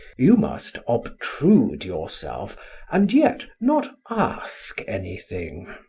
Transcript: you must obtrude yourself and yet not ask anything.